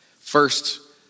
First